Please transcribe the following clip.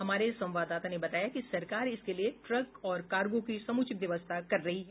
हमारे संवाददाता ने बताया है कि सरकार इसके लिए ट्रक और कार्गो की समूचित व्यवस्था कर रही है